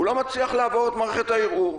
הוא לא מצליח לעבור את מערכת הערעור.